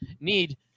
need